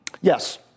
Yes